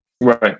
right